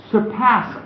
Surpass